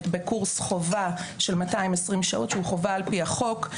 בקורס חובה של 220 שעות שהוא חובה על-פי החוק.